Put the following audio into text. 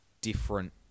different